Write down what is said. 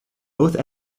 both